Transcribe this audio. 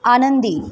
आनंदी